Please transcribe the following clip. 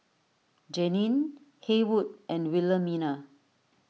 Jeanine Haywood and Wilhelmina